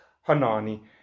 Hanani